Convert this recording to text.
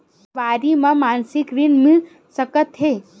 देवारी म मासिक ऋण मिल सकत हे?